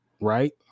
right